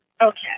Okay